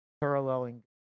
paralleling